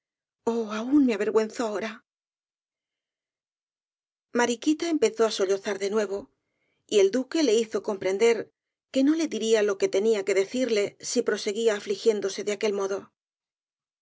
aun me avergüenzo ahora mariquita empezó á sollozar de nuevo y el duque le hizo comprender que no de diría lo que tenía que decirle si proseguía afligiéndose de aquel modo bien